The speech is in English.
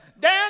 Dan